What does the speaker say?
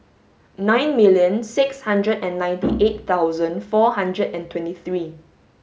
nine million six hundred and ninety eight thousand four hundred and twenty three